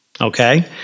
Okay